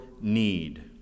need